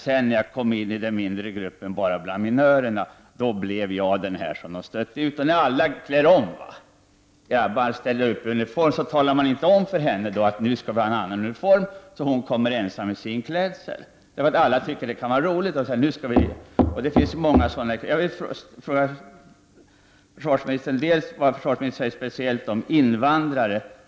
Men när hon kom in i den mindre gruppen, bland minörerna, blev hon den som stöttes ut. När alla skulle klä om till uniform talade man inte om för henne att det skulle vara en annan uniform. Hon blev alltså ensam om sin klädsel. Det finns många sådana exempel. Jag vill fråga försvarsministern: Vad har försvarsministern att säga om invandrare?